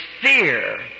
fear